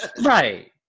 right